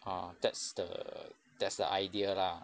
uh that's the that's the idea lah